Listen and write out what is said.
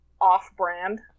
off-brand